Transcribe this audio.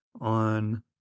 on